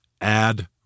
add